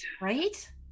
Right